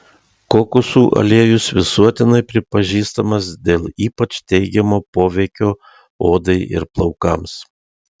kokosų aliejus visuotinai pripažįstamas dėl ypač teigiamo poveikio odai ir plaukams